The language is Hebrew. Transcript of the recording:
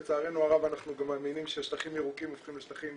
לצערנו הרב אנחנו גם מאמינים ששטחים ירוקים הופכים לשטחים